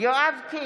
יואב קיש,